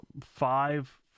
five